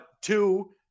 Two